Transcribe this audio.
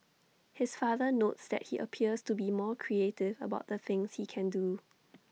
his father notes that he appears to be more creative about the things he can do